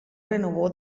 renovó